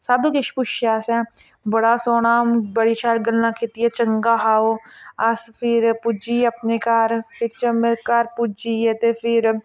सब किश पुच्छेआ असें बड़ा सोह्ना बड़ी शैल गल्ला कीतियां चंगा हा ओह् अस फिर पुज्जी गे अपने घर टैमै दे घर पुज्जी गे ते फिर